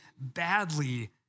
badly